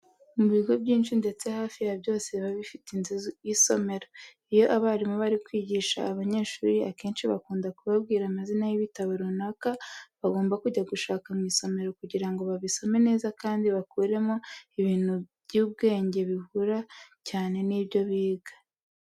Mu bigo byinshi ndetse hafi ya byose biba bifite inzu y'isomero. Iyo abarimu bari kwigisha abanyeshuri akenshi bakunda kubabwira amazina y'ibitabo runaka bagomba kujya gushaka mu isomero kugira ngo babisome neza kandi bakuremo ibintu by'ubwenge bihura cyane n'ibyo biga.